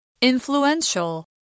Influential